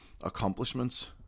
accomplishments